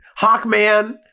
Hawkman